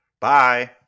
Bye